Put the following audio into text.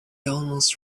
almost